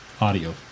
audio